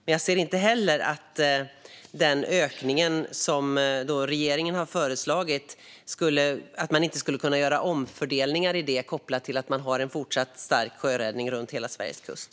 Men i fråga om den ökning som regeringen har föreslagit kan jag inte heller se att man inte skulle kunna göra omfördelningar där för att ha en fortsatt stark sjöräddning längs Sveriges kust.